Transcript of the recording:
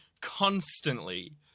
Constantly